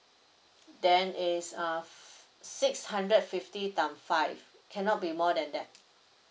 then is uh six hundred fifty times five cannot be more than that